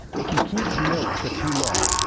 if you keep milk for too long,